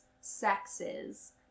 sexes